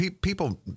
people